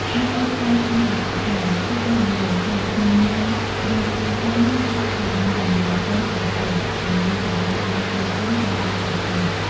មុនពេលថ្លែងសុន្ទរកថា គេអាចនិយាយថា «ក្នុងនាមក្រុមគ្រួសារ ឬស្ថាប័នទាំងមូល សូមស្វាគមន៍» ដើម្បីសម្ដែងការស្វាគមន៍តាមបែបផ្លូវការ។